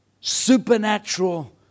supernatural